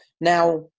Now